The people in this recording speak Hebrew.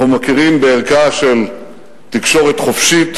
אנחנו מכירים בערכה של תקשורת חופשית,